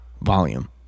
volume